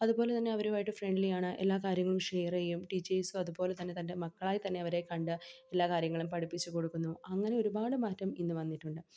അതുപോലെ തന്നെ അവരുമായിട്ട് ഫ്രണ്ട്ലിയാണ് എല്ലാ കാര്യങ്ങളും ഷെയർ ചെയ്യും ടീച്ചേഴ്സും അതുപോലെ തന്നെ തന്റെ മക്കളായി തന്നെ അവരെ കണ്ട് എല്ലാ കാര്യങ്ങളും പഠിപ്പിച്ച് കൊടുക്കുന്നു അങ്ങനെ ഒരുപാട് മാറ്റം ഇന്ന് വന്നിട്ടുണ്ട്